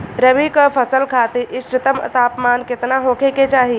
रबी क फसल खातिर इष्टतम तापमान केतना होखे के चाही?